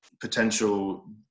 potential